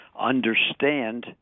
understand